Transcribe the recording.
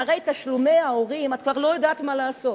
אחרי תשלומי ההורים את כבר לא יודעת מה לעשות.